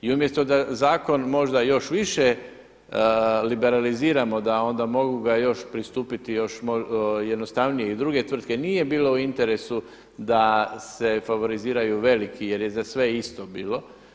I umjesto da zakon možda još više liberaliziramo, da onda mogu ga još pristupiti još jednostavnije i druge tvrtke nije bilo u interesu da se favoriziraju veliki jer je za sve isto bilo.